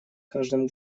каждым